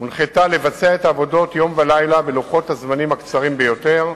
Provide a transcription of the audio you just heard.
לבצע את העבודות יום ולילה בלוחות הזמנים הקצרים ביותר,